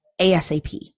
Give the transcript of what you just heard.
ASAP